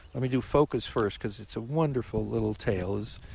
and we do focus first because it's wonderful little tales.